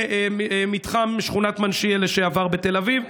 למתחם שכונת מנשייה לשעבר בתל אביב.